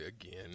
again